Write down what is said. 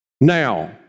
Now